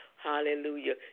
Hallelujah